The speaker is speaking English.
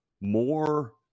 more